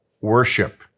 worship